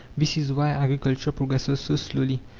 this is why agriculture progresses so slowly.